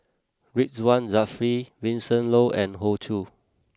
Ridzwan Dzafir Vincent Leow and Hoey Choo